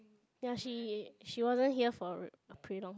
ya she she wasn't here for pretty long